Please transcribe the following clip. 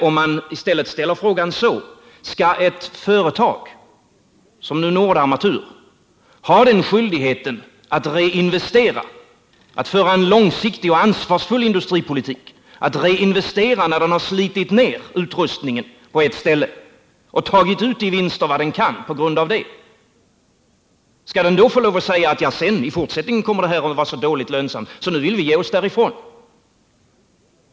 Om man i stället formulerat frågan så här: Skall ett företag som Nordarmatur ha skyldighet att föra en långsiktig och ansvarsfull industripolitik, att reinvestera då man slitit ned utrustningen och tagit ut de vinster som blivit möjliga genom denna hantering eller skall de få lov att säga att lönsamheten i fortsättningen kommer att bli så dålig att de vill ge sig därifrån?